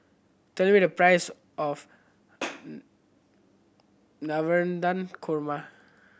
tell me the price of Navratan Korma